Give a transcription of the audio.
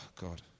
God